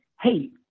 hey